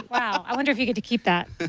yeah i wonder if your get to keep that.